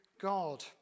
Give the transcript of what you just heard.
God